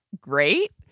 great